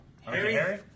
Harry